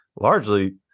largely